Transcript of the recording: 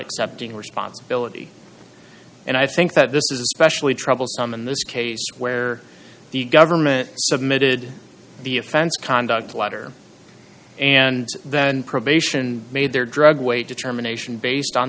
accepting responsibility and i think that this is especially trouble some in this case where the government submitted the offense conduct letter and then probation made their drug way determination based on